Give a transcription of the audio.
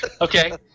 Okay